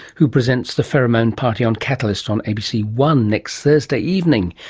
who presents the pheromone party on catalyst on a b c one next thursday evening.